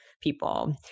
people